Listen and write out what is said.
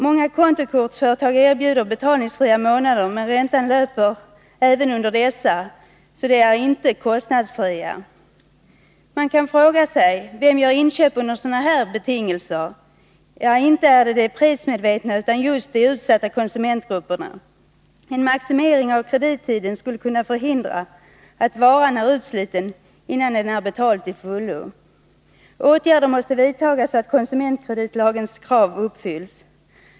Många kontokortsföretag erbjuder betalningsfria månader, men räntan löper även under dessa, så de är inte kostnadsfria. Man kan fråga sig: Vem gör inköp under sådana här betingelser? Ja, inte är det de prismedvetna, utan just de utsatta konsumentgrupperna. En maximering av kredittiden skulle kunna förhindra att varan är utsliten, innan den är betald till fullo. Åtgärder måste vidtas så att konsumentkreditlagens krav uppfylls.